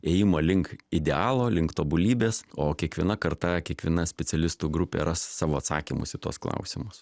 ėjimo link idealo link tobulybės o kiekviena karta kiekviena specialistų grupė ras savo atsakymus į tuos klausimus